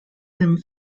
him